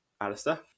Alistair